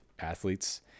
athletes